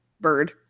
bird